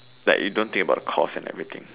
like you don't think about the cost or anything